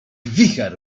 wicher